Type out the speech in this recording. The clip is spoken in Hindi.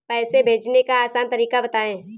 पैसे भेजने का आसान तरीका बताए?